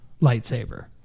lightsaber